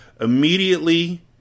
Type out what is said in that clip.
Immediately